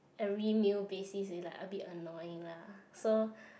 every meal basis is like a bit annoying lah so